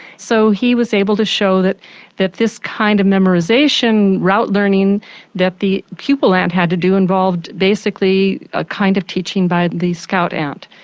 so he was able to show that that this kind or memorisation, route learning that the pupil ant had to do involved basically a kind of teaching by the scout ant.